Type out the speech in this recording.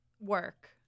work